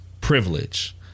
privilege